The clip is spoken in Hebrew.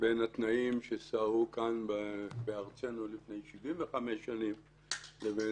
בין התנאים ששררו כאן בארצנו לפני 75 שנים ובין